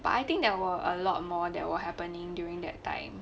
but I think there were a lot more that were happening during that time